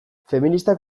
feministak